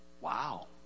wow